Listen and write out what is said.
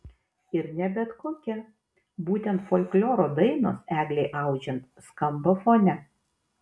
ir ne bet kokia būtent folkloro dainos eglei audžiant skamba fone